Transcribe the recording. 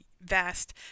vast